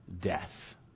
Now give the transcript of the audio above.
death